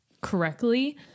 correctly